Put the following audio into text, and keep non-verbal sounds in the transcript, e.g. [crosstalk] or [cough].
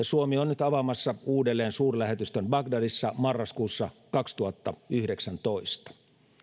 [unintelligible] suomi on nyt avaamassa uudelleen suurlähetystön bagdadissa marraskuussa kaksituhattayhdeksäntoista